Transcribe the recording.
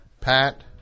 Pat